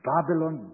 Babylon